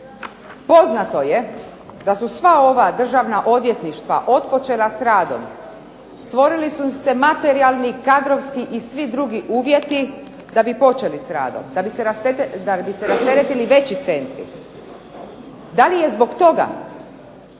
Poznato je da su sva ova državna odvjetništva otpočela s radom, stvorili su im se materijalni kadrovski i svi drugi uvjeti da bi počeli s radom, da bi se rasteretili veći centri. Da li je zbog toga